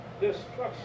Destruction